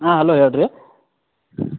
ಆಂ hello ಹೇಳಿರಿ